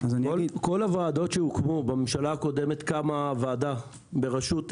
כל הוועדות שהוקמו בממשלה הקודמת קמה ועדה בראשות